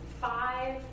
five